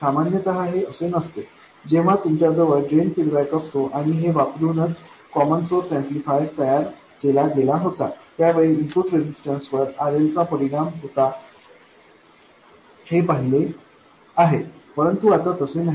सामान्यत हे असे नसते जेव्हा तुमच्या जवळ ड्रेन फीडबॅक असतो आणि हे वापरूनच कॉमन सोर्स ऍम्प्लिफायर तयार केला गेला होता त्यावेळी इनपुट रेजिस्टन्सवर RL चा परिणाम होता हे पाहिले आहे परंतु आता तसे नाही